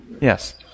Yes